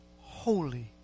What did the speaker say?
holy